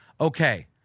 Okay